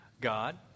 God